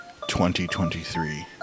2023